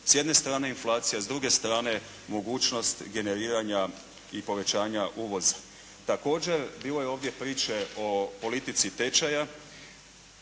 S jedne strane inflacija s druge strane mogućnost generiranja i povećanja uvoza. Također bilo je ovdje priče o politici tečaja.